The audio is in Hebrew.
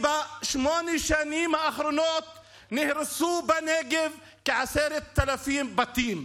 בשמונה השנים האחרונות נהרסו בנגב כ-10,000 בתים,